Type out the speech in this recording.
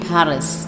Paris